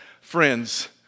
Friends